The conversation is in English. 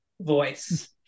voice